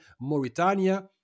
mauritania